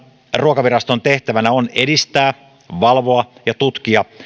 ruokaviraston tehtävänä on edistää valvoa ja tutkia